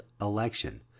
election